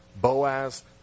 Boaz